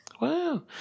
Wow